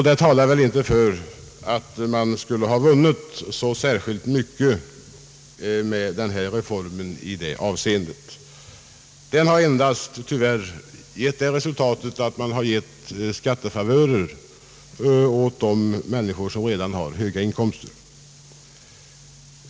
Det talar väl inte för att man skulle ha vunnit så särskilt mycket med denna reform i det avseendet. Tyvärr har reformen endast givit det resultatet att skattefavörer givits åt människor som redan har höga inkomster.